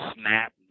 snap